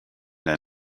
der